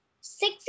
six